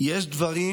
יש דברים